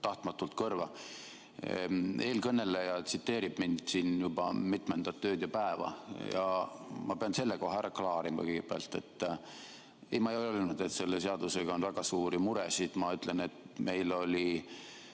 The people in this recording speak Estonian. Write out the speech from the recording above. tahtmatult kõrva. Eelkõneleja tsiteerib mind siin juba mitmendat ööd ja päeva. Ma pean selle kõigepealt ära klaarima. Ei, ma ei ole öelnud, et selle seadusega on väga suuri muresid. Ma ütlesin, et meil oli